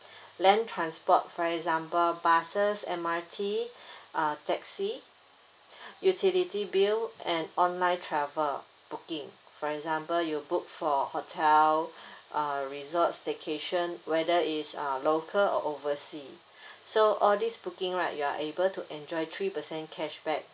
land transport for example buses and M_R_T uh taxi utility bill and online travel booking for example you book for hotel uh resort staycation whether it's uh local or overseas so all this booking right you are able to enjoy three percent cashback